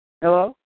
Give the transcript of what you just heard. Hello